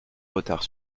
retard